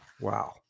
wow